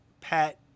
Pat